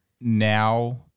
now